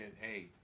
hey